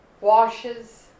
washes